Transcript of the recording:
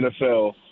NFL